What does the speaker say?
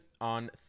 on